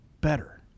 better